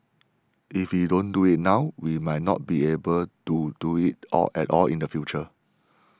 if we don't do it now we might not be able do it all at all in the future